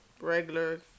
regular